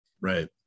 Right